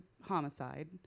homicide